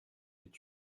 fait